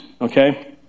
okay